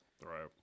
Right